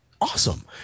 awesome